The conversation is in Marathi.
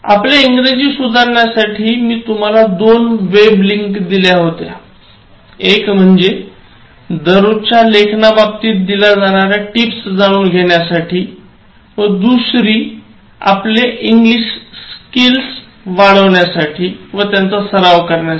आपले इंग्रजी सुधारण्यासाठी मी तुम्हाला दोन वेब लिंक दिले एक म्हणजे दररोजच्या लेखनाबाबतीत दिल्या जाणाऱ्या टिप्स जाणून घेण्यासाठी व दुसरी इंग्लिश स्किल्स चा सराव करण्यासाठी